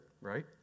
right